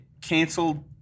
canceled